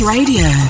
Radio